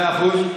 מאה אחוז.